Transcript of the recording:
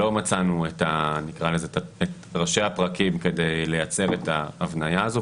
לא מצאנו את ראשי הפרקים כדי לייצר את ההבניה הזאת,